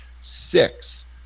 six